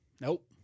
Nope